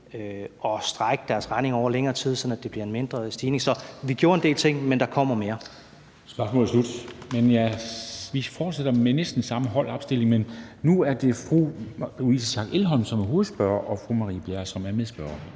at strække deres regning over længere tid, så det bliver en mindre stigning. Så vi gjorde en del ting, men der kommer mere. Kl. 13:32 Formanden (Henrik Dam Kristensen): Spørgsmålet er sluttet. Vi fortsætter med næsten samme holdopstilling, men nu er det fru Louise Schack Elholm, som er hovedspørgeren, og fru Marie Bjerre, som er medspørgeren.